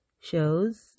shows